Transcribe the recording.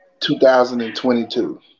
2022